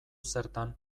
zertan